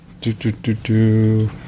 Do-do-do-do